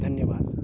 धन्यवाद